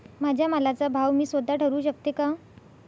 माझ्या मालाचा भाव मी स्वत: ठरवू शकते का?